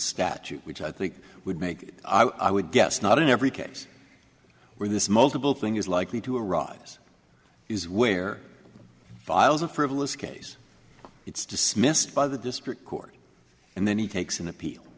statute which i think would make i would guess not in every case where this multiple thing is likely to arise is where files a frivolous case it's dismissed by the district court and then he takes an appeal